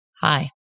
Hi